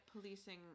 policing